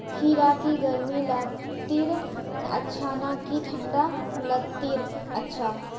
खीरा की गर्मी लात्तिर अच्छा ना की ठंडा लात्तिर अच्छा?